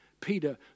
Peter